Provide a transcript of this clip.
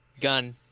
gun